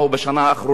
בשנה האחרונה,